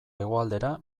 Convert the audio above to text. hegoaldera